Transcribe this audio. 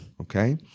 okay